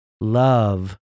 love